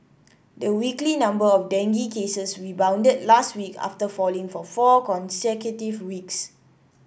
the weekly number of dengue cases rebounded last week after falling for four consecutive weeks